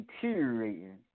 deteriorating